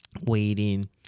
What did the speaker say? Waiting